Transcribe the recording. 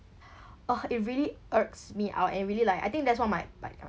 oh it really irks me out and really like I think that's one of my like